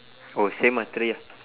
oh same ah three